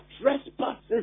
trespasses